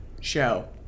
show